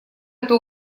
эту